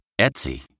Etsy